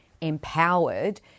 empowered